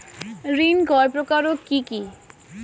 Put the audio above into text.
ঋণ কয় প্রকার ও কি কি?